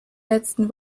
letzten